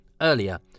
earlier